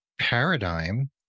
paradigm